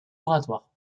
oratoire